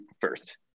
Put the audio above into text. first